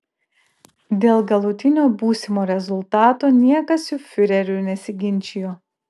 dėl galutinio būsimo rezultato niekas su fiureriu nesiginčijo